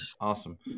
Awesome